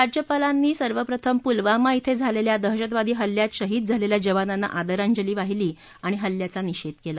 राज्यपालांनी सर्वप्रथम पुलवामा धिं झालेल्या दहशतवादी हल्ल्यात शहीद झालेल्या जवानांना आदरांजली वाहिली आणि हल्ल्याचा निषेध केला